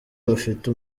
bafite